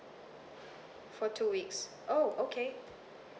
for two weeks oh okay